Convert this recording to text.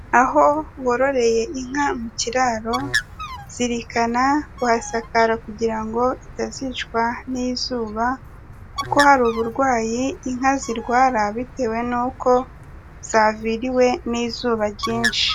Aho waroreye inka mu kiraro zirikana kuhasakara kugira ngo itazicwa n'izuba, kuko hari uburwayi inka zirwara bitewe nuko zaviriwe n'izuba ryinshi.